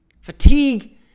Fatigue